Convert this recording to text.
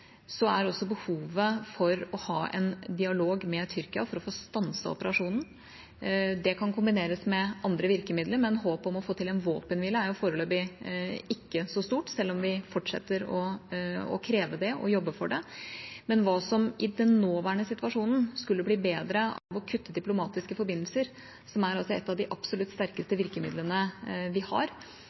er det også et behov for å ha en dialog med Tyrkia for å få stanset operasjonen. Det kan kombineres med andre virkemidler, men håpet om å få til en våpenhvile er foreløpig ikke så stort, selv om vi fortsetter å kreve det og jobbe for det. Men hva som i den nåværende situasjonen skulle bli bedre av å kutte diplomatiske forbindelser, som er et av de absolutt sterkeste virkemidlene vi har,